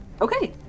Okay